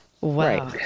Wow